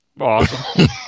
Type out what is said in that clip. Awesome